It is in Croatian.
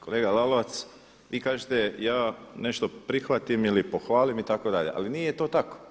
Kolega Lalovac, vi kažete ja nešto prihvatim ili pohvalim itd. ali nije to tako.